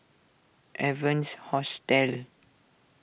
Evans Hostel